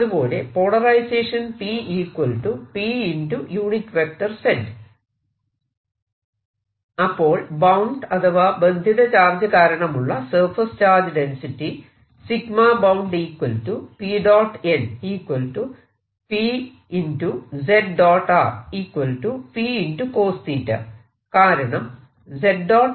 അതുപോലെ polarisation P P z അപ്പോൾ bound അഥവാ ബന്ധിത ചാർജ് കാരണമുള്ള സർഫേസ് ചാർജ് ഡെൻസിറ്റി കാരണം z